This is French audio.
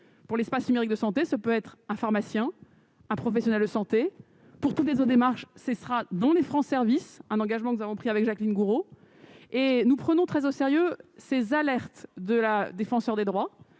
pour l'espace numérique de santé, ça peut être un pharmacien un professionnel de santé pour tous les aux démarches cessera dont les francs service un engagement que nous avons pris avec Jacqueline Gourault et nous prenons très au sérieux ces alertes de la défenseure des droits